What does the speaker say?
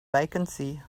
vacancy